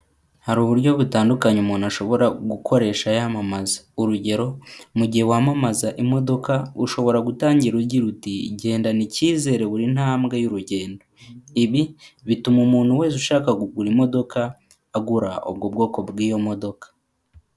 Hari uburyo butandukanye umuntu ashobora gukoresha yamamaza, urugero: mu gihe wamamaza imodoka ushobora gutangira ugira uti gendana icyizere buri ntambwe y'urugendo, ibi bituma umuntu wese ushaka kugura imodoka agura ubwo bwoko bw'iyo modoka.